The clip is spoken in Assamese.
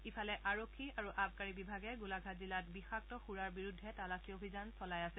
ইফালে আৰক্ষী আৰু আবকাৰী বিভাগে গোলাঘাট জিলাত বিষাক্ত সুৰাৰ বিৰুদ্ধে তালাচী অভিযান চলাই আছে